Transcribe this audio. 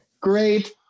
Great